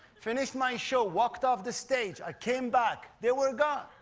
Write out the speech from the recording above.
finished my show, walked off the stage. i came back, they were gone.